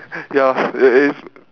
ya eh eh